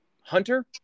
Hunter